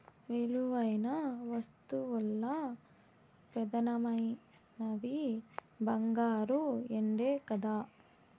విలువైన వస్తువుల్ల పెదానమైనవి బంగారు, ఎండే కదా